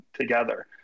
together